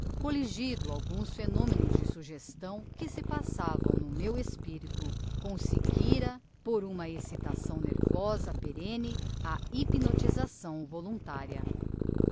colligido alguns phenomenos de suggestão que se passavam no meu espirito conseguira por uma excitação nervosa perenne a hypnotisação voluntaria